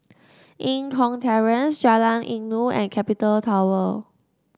Eng Kong Terrace Jalan Inggu and Capital Tower